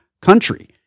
country